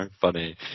funny